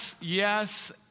Yes